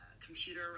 computer